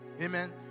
amen